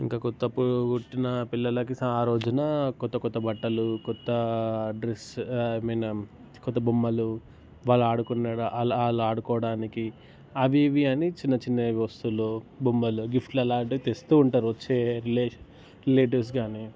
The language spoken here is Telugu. ఇంకా కొత్త పు పుట్టిన పిల్లలకి ఆ రోజున కొత్త కొత్త బట్టలు కొత్త డ్రెస్ ఐమీన్ కొత్త బొమ్మలు వాళ్ళు ఆడ వాళ్ళు ఆడు వాళ్ళు ఆడుకోవడానికి అవి ఇవి అని చిన్న చిన్నవి వస్తువులు బొమ్మలు గిఫ్ట్ అలాంటివి తెస్తు ఉంటారు వచ్చే రిలే రిలేటీవ్స్ కానీ